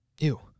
Ew